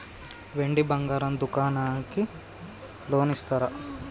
వెండి బంగారం దుకాణానికి లోన్ ఇస్తారా?